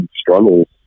struggles